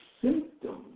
symptoms